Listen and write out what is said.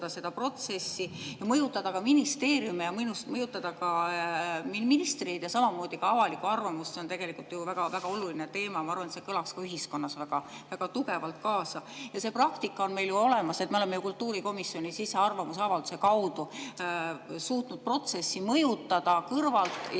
mõjutada ka ministeeriumi ja ministreid, samamoodi avalikku arvamust. See on tegelikult väga oluline teema ja ma arvan, et see kõlas ka ühiskonnas väga tugevalt kaasa. See praktika on meil ju olemas – me oleme kultuurikomisjonis ise arvamusavalduse kaudu suutnud protsessi mõjutada kõrvalt ja